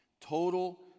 Total